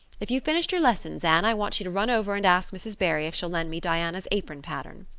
if you've finished your lessons, anne, i want you to run over and ask mrs. barry if she'll lend me diana's apron pattern.